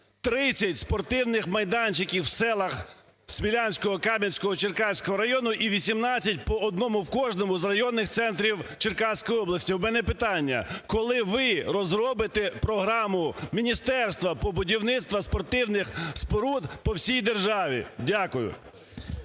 30 спортивних майданчиків в селах Смілянського, Кам'янського, Черкаського районів і 18 по одному в кожному з районних центрів Черкаської області. У мене питання, коли ви розробите програму міністерства по будівництву спортивних споруд по всій державі? Дякую.